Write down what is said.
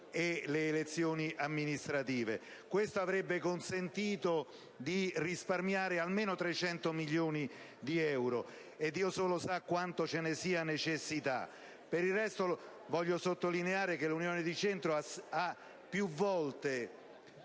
e le elezioni amministrative. Questo avrebbe consentito di risparmiare almeno 300 milioni di euro e Dio solo sa quanto ci sia la necessità di contenere le spese. Pertanto, voglio sottolineare che l'Unione di Centro ha più volte